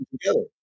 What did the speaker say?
together